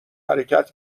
حرکت